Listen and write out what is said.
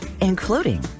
including